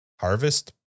harvest